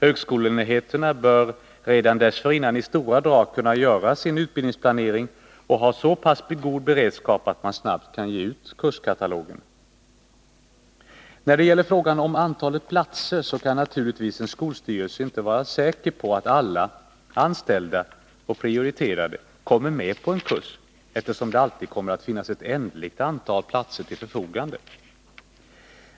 Högskoleenheterna bör redan dessförinnan i stora drag kunna göra sin utbildningsplanering och ha så pass god beredskap att man snabbt kan ge ut kurskatalogen. När det gäller frågan om antalet platser kan en skolstyrelse naturligtvis inte vara säker på att alla anmälda och prioriterade kommer med på en kurs, eftersom det alltid kommer att finnas ett ändligt antal platser till förfogande.